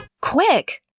Quick